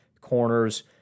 corners